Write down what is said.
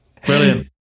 brilliant